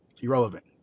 Irrelevant